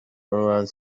followed